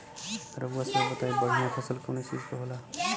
रउआ सभे बताई बढ़ियां फसल कवने चीज़क होखेला?